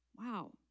Wow